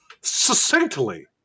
succinctly